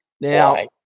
Now